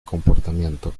comportamiento